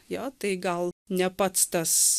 jo tai gal ne pats tas